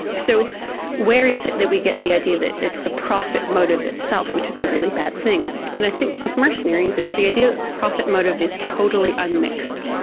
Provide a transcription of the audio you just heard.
so where is it that we get the idea that it's the profit motive itself which is the really bad thing? and i think with mercenaries it's the idea that the profit motive is totally unmixed.